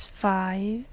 five